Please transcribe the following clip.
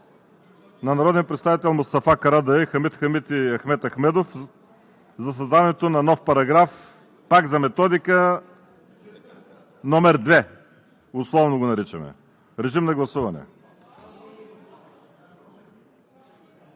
на народните представители Мустафа Карадайъ, Хамид Хамид и Ахмед Ахмедов за създаването на нов параграф пак за Методика № 2, условно го наричаме. Гласували